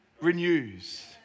renews